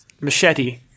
Machete